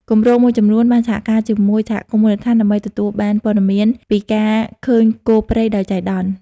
គម្រោងមួយចំនួនបានសហការជាមួយសហគមន៍មូលដ្ឋានដើម្បីទទួលបានព័ត៌មានពីការឃើញគោព្រៃដោយចៃដន្យ។